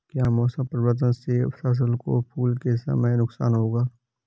क्या मौसम परिवर्तन से फसल को फूल के समय नुकसान होगा?